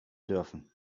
dürfen